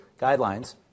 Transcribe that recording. guidelines